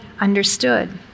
understood